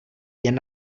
jen